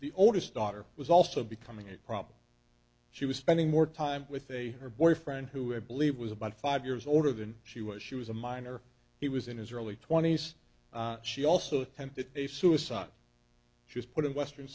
the oldest daughter was also becoming a problem she was spending more time with a her boyfriend who i believe was about five years older than she was she was a minor he was in his early twenties she also attempted suicide she was put in western